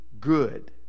good